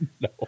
No